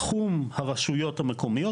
בתחום הרשויות המקומיות,